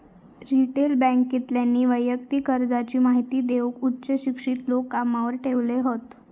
retail बॅन्केतल्यानी वैयक्तिक कर्जाची महिती देऊक उच्च शिक्षित लोक कामावर ठेवले हत